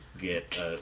get